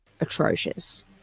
atrocious